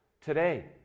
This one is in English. today